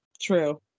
True